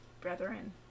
brethren